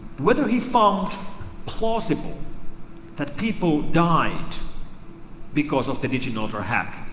whether he found plausible that people died because of the diginotar hack.